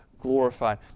glorified